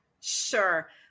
Sure